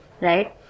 right